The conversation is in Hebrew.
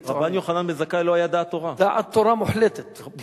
דבר שני, מי שיצא, אני